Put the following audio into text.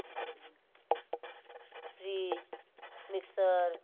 fridge mixer